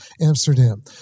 Amsterdam